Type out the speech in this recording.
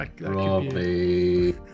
Robbie